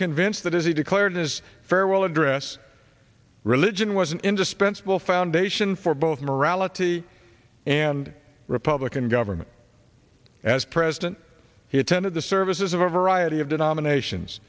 convinced that as he declared his farewell address religion was an indispensable foundation for both morality and republican government as president he attended the services of a variety of denominations